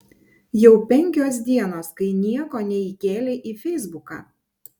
jau penkios dienos kai nieko neįkėlei į feisbuką